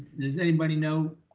does anybody know?